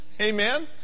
Amen